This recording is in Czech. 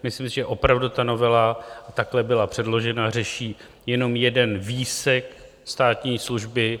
Myslím, že opravdu novela takhle byla předložena, řeší jenom jeden výsek státní služby.